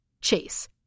Chase